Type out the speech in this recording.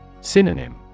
Synonym